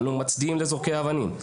אנו מצדיעים לזורקי אבנים,